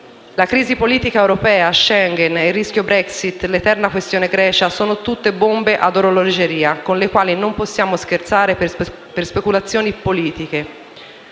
La crisi politica Europea, Shengen, il rischio Brexit e l'eterna questione Grecia sono tutte bombe ad orologeria con le quali non possiamo scherzare per speculazioni politiche.